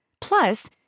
Plus